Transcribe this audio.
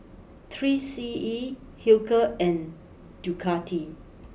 three C E Hilker and Ducati